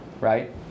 right